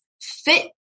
fit